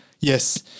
Yes